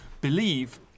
believe